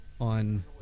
on